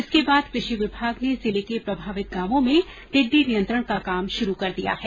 इसके बाद कृषि विभाग ने जिले के प्रभावित गांवों में टिड्डी नियंत्रण का काम शुरू कर दिया है